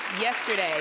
yesterday